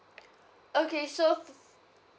okay so